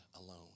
alone